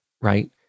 right